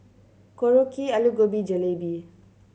Korokke Alu Gobi Jalebi